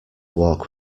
walk